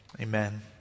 Amen